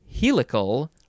helical